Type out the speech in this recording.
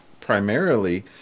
primarily